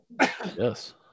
Yes